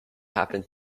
happened